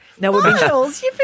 Miles